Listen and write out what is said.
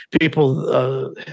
people